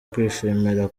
kwishimira